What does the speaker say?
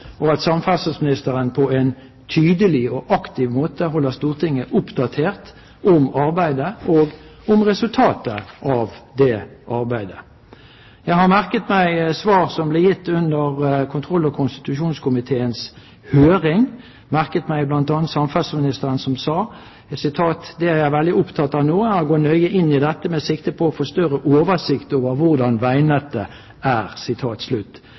og at samferdselsministeren på en tydelig og aktiv måte holder Stortinget oppdatert om arbeidet og om resultatet av det arbeidet. Jeg har merket meg svar som ble gitt under kontroll- og konstitusjonskomiteens høring. Jeg merket meg bl.a. samferdselsministeren, som sa at det hun er veldig opptatt av nå, er å gå nøye inn i dette med sikte på å få større oversikt over hvordan veinettet er.